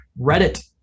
Reddit